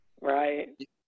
Right